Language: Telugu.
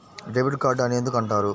డెబిట్ కార్డు అని ఎందుకు అంటారు?